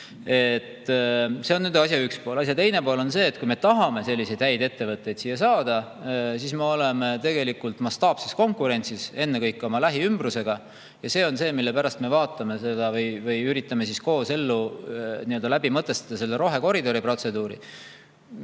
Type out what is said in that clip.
See on asja üks pool. Asja teine pool on see, et kui me tahame selliseid häid ettevõtteid siia saada, siis me oleme tegelikult mastaapses konkurentsis ennekõike oma lähiümbrusega. See on see, mille pärast me üritame koos mõtestada rohekoridori protseduuri.